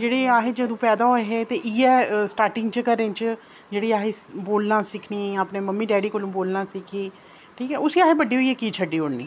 जेहड़ी जंदू अस पेदा होऐ है इयै स्टार्टिंग च घरें च जेहड़ी असें बोलना सिक्खी असें अपने मम्मी डैडी कोला बोलना सिक्खी ठीक ऐ उसी असें बड्डे होइयै की छड्डी ओड़नी